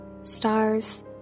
stars